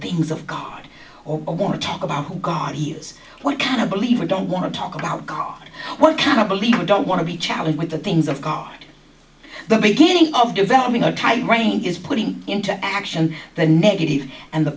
things of god or want to talk about god he is what kind of believer don't want to talk about god what kind of a leader don't want to be challenged with the things of god the beginning of developing a tight reign is putting into action the negative and the